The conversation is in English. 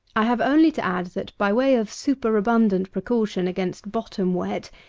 i have only to add, that by way of superabundant precaution against bottom wet,